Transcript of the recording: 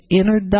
inner